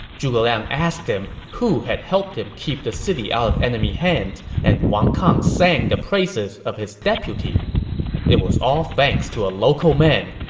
zhuge liang asked him who had helped him keep the city out of enemy hands, and wang kang sang the praises of his deputy it was all thanks to a local man,